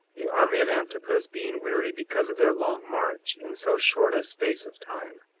the army of antipus being weary, because of their long march in so short a space of time,